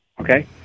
Okay